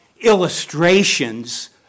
illustrations